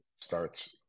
starts